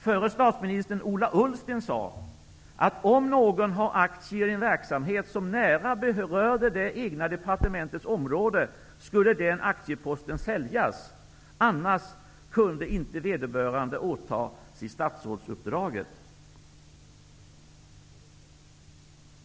Förre statsministern Ola Ullsten sade att om någon har aktier i en verksamhet, som nära berörde det egna departementets område, skulle den aktieposten säljas, annars kunde inte vederbörande åta sig statsrådsuppdraget.